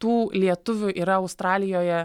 tų lietuvių yra australijoje